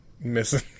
missing